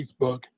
Facebook